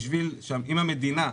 אם המדינה,